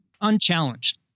Unchallenged